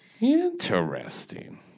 Interesting